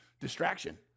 distraction